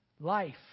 Life